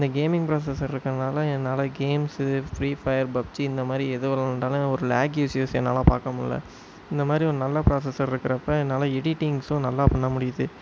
இந்த gaming processor இருக்கிறதுனால என்னால் கேம்ஸு ஃப்ரீ ஃபையர் பப்ஜி இந்தமாதிரி எது விளாண்டாலும் ஒரு லாக் இஸ்யூஸஸ் என்னால் பார்க்க முடில இந்தமாதிரி ஒரு நல்ல ப்ராசஸர் இருக்கிறப்ப என்னால் எடிட்டிங்ஸும் நல்லா பண்ண முடியுது